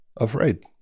afraid